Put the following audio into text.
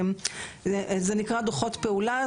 זה נקרא דו"חות פעולה.